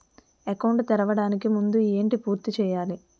Account తెరవడానికి ముందు ఏంటి పూర్తి చేయాలి?